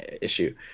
issue